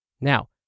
Now